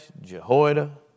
Jehoiada